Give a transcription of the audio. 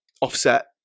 offset